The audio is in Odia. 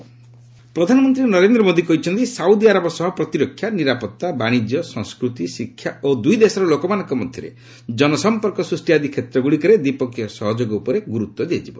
ପିଏମ୍ ପ୍ରଧାନମନ୍ତ୍ରୀ ନରେନ୍ଦ୍ର ମୋଦୀ କହିଛନ୍ତି ସାଉଦି ଆରବ ସହ ପ୍ରତିରକ୍ଷା ନିରାପତ୍ତା ବାଣିଜ୍ୟ ସଂସ୍କୃତି ଶିକ୍ଷା ଓ ଦୁଇ ଦେଶର ଲୋକମାନଙ୍କ ମଧ୍ୟରେ ଜନସମ୍ପର୍କ ସୂଷ୍ଟି ଆଦି କ୍ଷେତ୍ରଗୁଡ଼ିକରେ ଦ୍ୱିପକ୍ଷିୟ ସହଯୋଗ ଉପରେ ଗୁରୁତ୍ୱ ଦିଆଯିବ